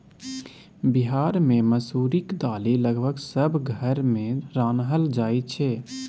बिहार मे मसुरीक दालि लगभग सब घर मे रान्हल जाइ छै